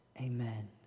Amen